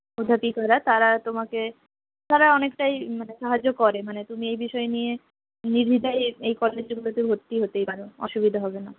অধ্যাপিকারা তারা তোমাকে তারা অনেকটাই মানে সাহায্য করে মানে তুমি এই বিষয় নিয়ে নির্দ্বিধায় এই কলেজগুলোতে ভর্তি হতেই পারে অসুবিধা হবে না